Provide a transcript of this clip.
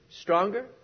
stronger